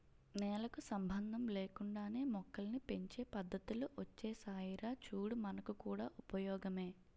నేలకు సంబంధం లేకుండానే మొక్కల్ని పెంచే పద్దతులు ఒచ్చేసాయిరా చూడు మనకు కూడా ఉపయోగమే